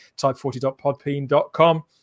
type40.podbean.com